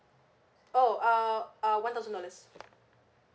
oh uh uh one thousand dollars